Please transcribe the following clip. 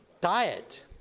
Diet